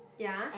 ya